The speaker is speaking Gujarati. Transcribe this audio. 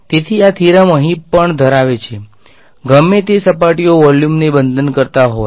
તેથી આ થીયરમ અહીં પણ ધરાવે છે ગમે તે સપાટીઓ વોલ્યુમને બંધનકર્તા હોય